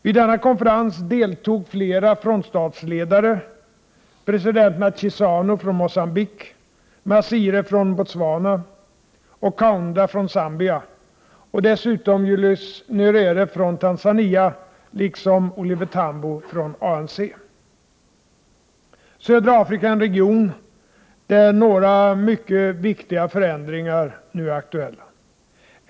Vid denna konferens deltog flera frontstatsledare — presidenterna Chissano från Mogambique, Masire från Botswana och Kaunda från Zambia — och dessutom Julius Nyerere från Tanzania liksom Oliver Tambo från ANC. Södra Afrika är en region där några mycket viktiga förändringar nu är aktuella.